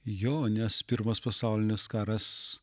jo nes pirmas pasaulinis karas